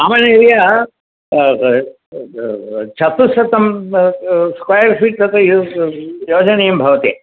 common area चतुश्शतं square feet तत्र योजनीयं भवति